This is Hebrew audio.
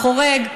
אח חורג,